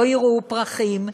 לא יראו פרחים,